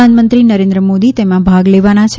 પ્રધાનમંત્રી નરેન્દ્ર મોદી તેમાં ભાગ લેવાના છે